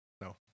No